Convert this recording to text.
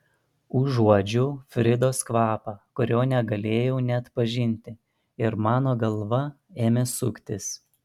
užuodžiau fridos kvapą kurio negalėjau neatpažinti ir mano galva ėmė suktis